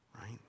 Right